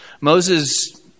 Moses